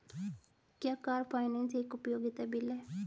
क्या car finance एक उपयोगिता बिल है?